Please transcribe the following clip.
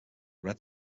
red